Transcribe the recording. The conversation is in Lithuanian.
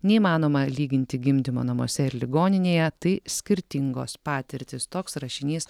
neįmanoma lyginti gimdymo namuose ir ligoninėje tai skirtingos patirtys toks rašinys